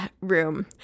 room